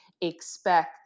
expect